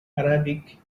arabic